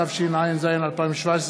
התשע"ז 2017,